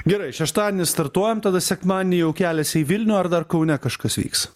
gerai šeštadienį startuojam tada sekmadienį jau keliasi į vilnių ar dar kaune kažkas vyks